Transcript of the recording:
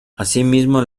asimismo